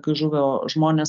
kai žuvo žmonės